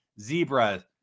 zebra